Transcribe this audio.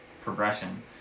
progression